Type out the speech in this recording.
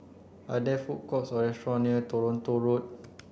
are there food courts or restaurant near Toronto Road